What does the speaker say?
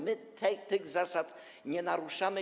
My tych zasad nie naruszamy.